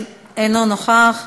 אינו נוכח,